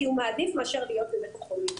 כי הוא מעדיף מאשר להיות בבית החולים,